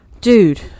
Dude